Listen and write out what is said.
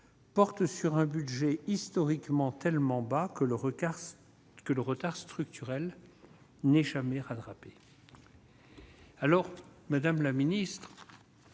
porte sur un budget historiquement tellement bas que le regard que le retard structurel n'est jamais rattrapé. Alors Madame la Ministre,